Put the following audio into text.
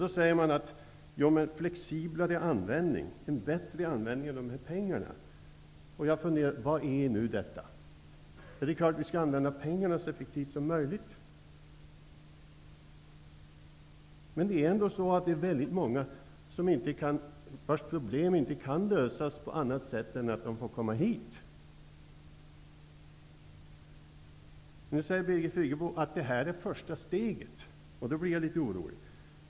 Man säger att man vill ha en flexiblare och bättre användning av pengarna. Det är klart att vi skall använda pengarna så effektivt som möjligt. Men det är trots allt väldigt många vars problem inte kan lösas på annat sätt än att de får komma hit. Birgit Friggebo säger att det här är det första steget. Då blir jag litet orolig.